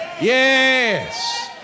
Yes